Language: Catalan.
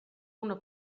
una